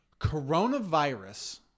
Coronavirus